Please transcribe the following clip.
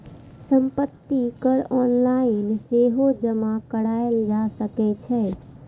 संपत्ति कर ऑनलाइन सेहो जमा कराएल जा सकै छै